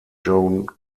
joan